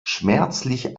schmerzlich